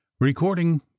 Recording